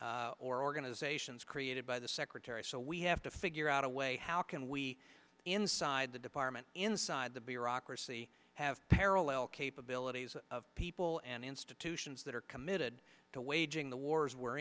or organizations created by the secretary so we have to figure out a way how can we inside the department inside the bureaucracy have parallel capabilities of people and institutions that are committed to waging the wars we're